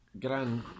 gran